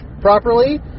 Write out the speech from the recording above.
properly